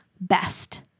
best